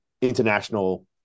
international